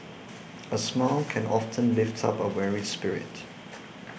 a smile can often lift up a weary spirit